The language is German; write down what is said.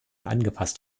angepasst